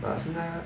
but 现在她